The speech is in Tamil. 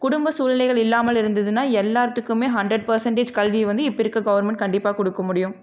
குடும்ப சூழ்நிலைகள் இல்லாமல் இருந்துதுனால் எல்லாத்துக்குமே ஹண்ட்ரட் பர்சென்டேஜ் கல்வியை வந்து இப்போ இருக்கற கவர்மெண்ட் கண்டிப்பாக கொடுக்க முடியும்